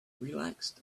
relaxed